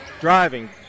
driving